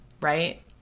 right